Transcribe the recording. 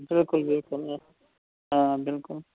بلکل بلکل آ بلکل